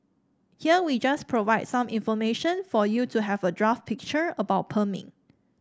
here we just provide some information for you to have a draft picture about perming